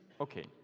okay